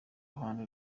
ruhande